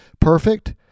perfect